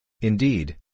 Indeed